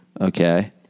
Okay